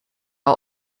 are